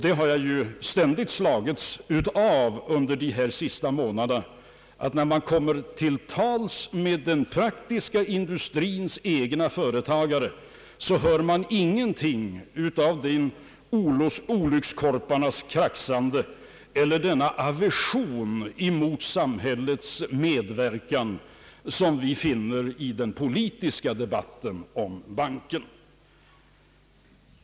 Det har jag ständigt slagits av de senaste månaderna att när jag kommer till tals med industrins egna företagare hör jag ingenting av det olyckskorparnas kraxande eller denna aversion mot samhällets medverkan som vi finner i den politiska debatten om banken.